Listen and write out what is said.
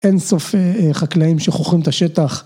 אין סוף חקלאים שחוכרים את השטח